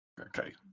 Okay